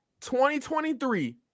2023